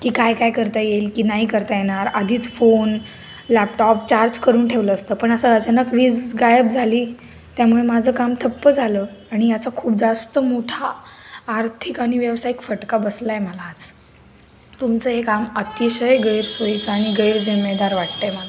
की काय काय करता येईल की नाही करता येणार आधीच फोन लॅपटॉप चार्ज करून ठेवलं असतं पण असं अचानक वीज गायब झाली त्यामुळे माझं काम ठप्प झालं आणि याचा खूप जास्त मोठा आर्थिक आणि व्यवसायिक फटका बसला आहे मला आज तुमचं हे काम अतिशय गैरसोयीचं आणि गैरजिम्मेदार वाटत आहे मला